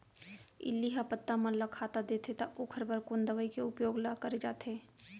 इल्ली ह पत्ता मन ला खाता देथे त ओखर बर कोन दवई के उपयोग ल करे जाथे?